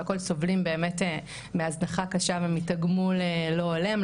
סובלים גם הם באמת מהזנחה קשה ומתגמולים לא הולמים,